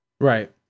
Right